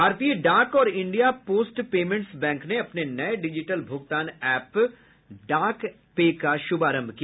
भारतीय डाक और इंडिया पोस्ट पेमेन्ट्स बैंक ने अपने नए डिजिटल भूगतान एप डाक पे का शुभारंभ किया